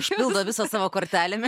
užpildo visą savo kortelėm